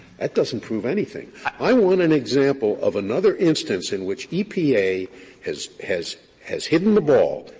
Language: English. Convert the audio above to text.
that doesn't prove anything. i want an example of another instance in which epa has has has hidden the ball,